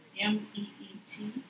M-E-E-T